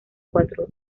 cuatro